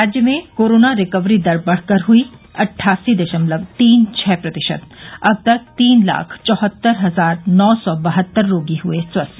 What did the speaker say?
राज्य में corona recovery दर बढ़ कर हुई अट्ठासी दशमलव तीन छः प्रतिशत अब तक तीन लाख चौहत्तर हजार नौ सौ बहत्तर रोगी हुए स्वस्थ